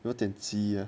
有点击`